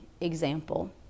example